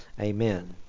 Amen